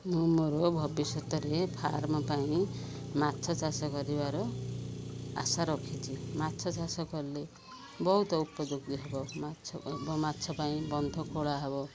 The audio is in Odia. ମୁଁ ମୋର ଭବିଷ୍ୟତରେ ଫାର୍ମ ପାଇଁ ମାଛ ଚାଷ କରିବାର ଆଶା ରଖିଛି ମାଛ ଚାଷ କଲେ ବହୁତ ଉପଯୋଗୀ ହବ ଓ ମାଛ ପାଇଁ ବନ୍ଧ ଖୋଳା ହବ